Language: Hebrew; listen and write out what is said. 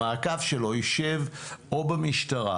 המעקב שלו יישב או במשטרה